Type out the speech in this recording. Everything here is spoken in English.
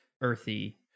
earthy